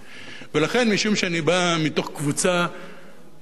משום שאני בא מתוך קבוצה ומתוך מעמד,